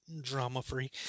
drama-free